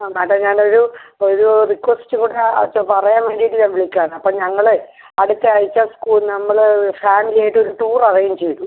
ആ അത് ഞാൻ ഒരു ഒരു റിക്വസ്റ്റ് കൂടെ അത് പറയാൻ വേണ്ടീട്ട് ഞാൻ വിളിക്കാണ് അപ്പോൾ ഞങ്ങൾ അടുത്ത ആഴ്ച സ്കൂൾ നമ്മൾ ഫാമിലിയായിട്ടൊരു ടൂർ അറേഞ്ച ചെയ്തു